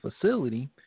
facility